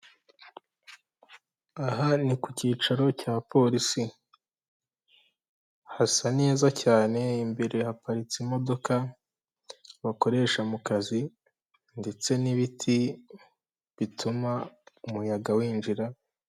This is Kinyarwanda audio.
Aha ni ku cyicaro cya polisi hasa neza cyane imbere haparitse imodoka bakoresha mu kazi ndetse n'ibiti bituma umuyaga winjira.